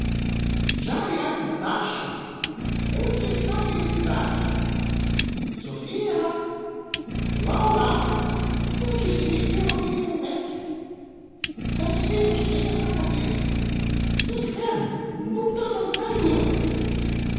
já arearam o tacho onde está a felicidade sophia laura onde se metteu aquelle moleque não sei onde tenho esta cabeça que inferno noutra não caio eu